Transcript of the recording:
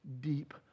deep